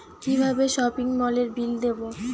কিভাবে সপিং মলের বিল দেবো?